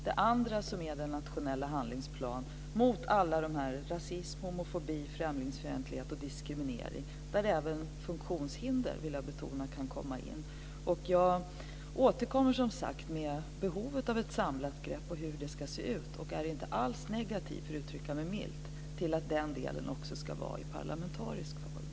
Den andra är en nationell handlingsplan mot rasism, homofobi, främlingsfientlighet och diskriminering. Jag vill betona att där kan även funktionshinder komma in. Jag återkommer, som sagt, med behovet av ett samlat grepp och hur det ska se ut. Jag är inte alls negativ - för att uttrycka mig milt - till att den delen också ska vara i parlamentarisk form.